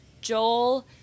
Joel